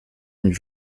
une